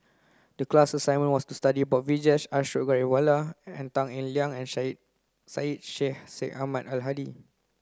the class assignment was to study about Vijesh Ashok Ghariwala Tan Eng Liang and Syed Sheikh Syed Ahmad Al Hadi